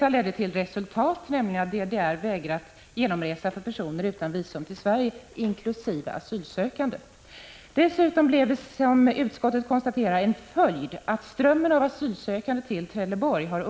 Dessa ledde till resultat, nämligen att DDR stoppat genomresa för personer utan visum till Sverige inkl. asylsökande. Dessutom blev följden, som utskottet konstaterar, att strömmen av asylsökande till Trelleborg upphörde.